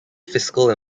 fiscal